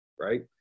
right